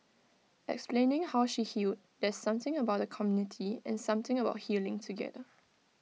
explaining how she healed there's something about the community and something about healing together